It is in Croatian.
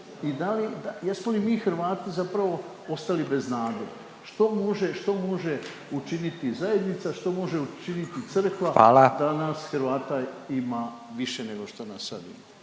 jesmo li mi Hrvati zapravo ostali bez nade. Što može učiniti zajednica? Što može učiniti crkva … …/Upadica Radin: Hvala./… … da nas Hrvata ima više nego što nas sad ima?